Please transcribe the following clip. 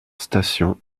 station